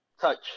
touch